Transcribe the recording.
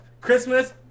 Christmas